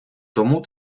тому